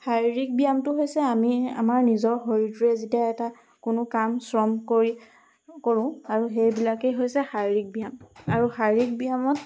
শাৰীৰিক ব্যায়ামটো হৈছে আমি আমাৰ নিজৰ শৰীৰটোৱে যেতিয়া এটা কোনো কাম শ্ৰম কৰি কৰোঁ আৰু সেইবিলাকেই হৈছে শাৰীৰিক ব্যায়াম আৰু শাৰীৰিক ব্যায়ামত